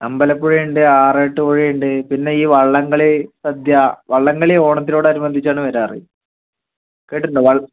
അമ്പലപ്പുഴ ഉണ്ട് ആറാട്ടുപുഴ ഉണ്ട് പിന്നെ ഈ വള്ളംകളി സദ്യ വള്ളംകളി ഓണത്തിനോട് അനുബന്ധിച്ചാണ് വരാറ് കേട്ടിട്ടുണ്ടോ വള്ളം